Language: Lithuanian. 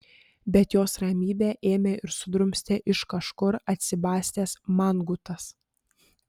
bet jos ramybę ėmė ir sudrumstė iš kažkur atsibastęs mangutas